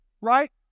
right